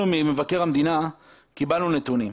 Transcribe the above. אנחנו ממבקר המדינה קיבלנו נתונים,